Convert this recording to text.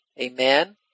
amen